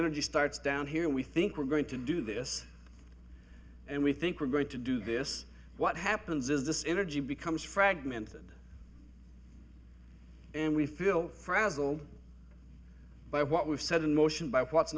energy starts down here we think we're going to do this and we think we're going to do this what happens is this inner g becomes fragmented and we feel frazzled by what we've set in motion by what's